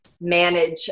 manage